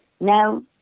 Now